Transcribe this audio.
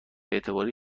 اعتباری